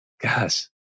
guys